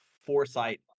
foresight